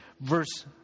Verse